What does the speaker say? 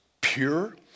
pure